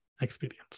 experience